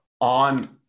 on